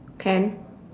can